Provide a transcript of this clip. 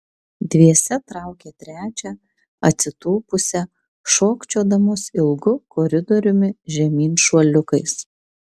dviese traukė trečią atsitūpusią šokčiodamos ilgu koridoriumi žemyn šuoliukais